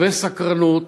הרבה סקרנות